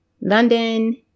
London